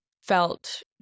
felt